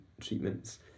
treatments